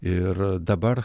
ir dabar